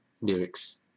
lyrics